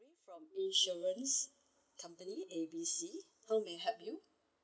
from insurance company A B C how may I help you